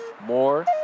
more